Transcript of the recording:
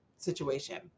Situation